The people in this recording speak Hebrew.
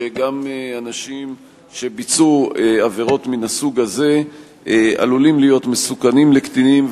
שגם אנשים שביצעו עבירות מן הסוג הזה עלולים להיות מסוכנים לקטינים,